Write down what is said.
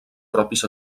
propis